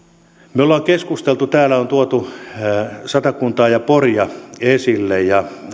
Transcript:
me olemme keskustelleet täällä on tuotu satakuntaa ja poria esille ja